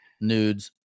nudes